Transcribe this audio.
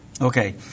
Okay